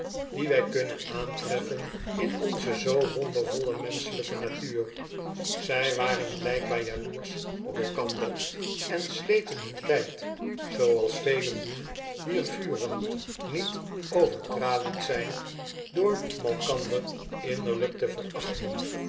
die wij kunnen aantreffen in onze zoo wondervolle menschebjke natuur zij waren blijkbaar jaloersch op elkander en sleten hun tijd zooals velen doen wier vuren niet overtralied zijn door malkander innerlijk te verachten